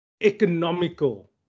economical